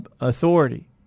authority